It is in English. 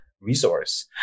resource